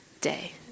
day